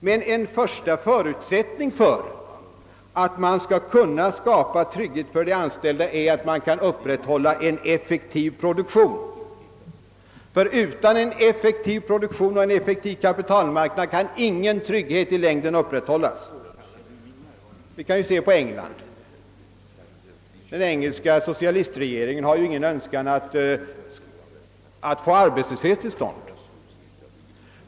Men en första förutsättning för att man skall kunna skapa trygghet för de anställda är att man kan upprätthålla en effektiv produktion, ty utan en effektiv produktion och kapitalmarknad kan ingen trygghet i längden upprätthållas. Vi kan se på England. Den engelska socialistregeringen har ingen önskan att få en arbetslöshet till stånd.